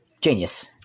genius